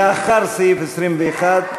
לאחרי סעיף 21,